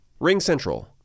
RingCentral